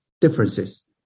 differences